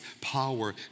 power